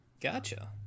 Gotcha